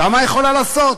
כמה היא יכולה לעשות?